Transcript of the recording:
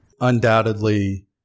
Undoubtedly